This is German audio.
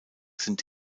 sind